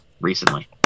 recently